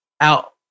out